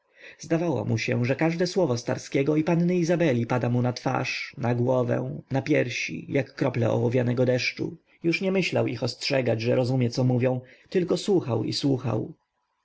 zdawało mu się że każde słowo starskiego i panny izabeli pada mu na twarz na głowę na piersi jak krople ołowianego deszczu już nie myślał ich ostrzegać że rozumie co mówią tylko słuchał i słuchał